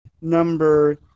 number